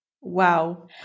Wow